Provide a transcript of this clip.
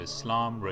Islam